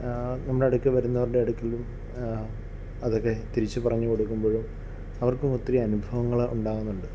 നമ്മുടെ അടുക്കൽ വരുന്നവരുടെ അടുക്കലും അതൊക്കെ തിരിച്ച് പറഞ്ഞു കൊടുക്കുമ്പോൾ അവർക്കും ഒത്തിരി അനുഭവങ്ങൾ ഉണ്ടാവുന്നുണ്ട്